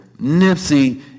Nipsey